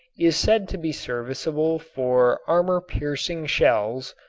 is said to be serviceable for armor-piercing shells,